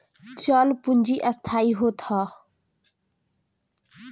चल पूंजी अस्थाई होत हअ